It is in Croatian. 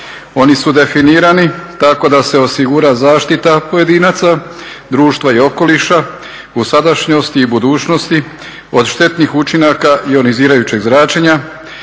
Oni su definirani tako da se osigura zaštita pojedinaca, društva i okoliša, u sadašnjosti i budućnosti od štetnih učinaka ionizirajućeg zračenja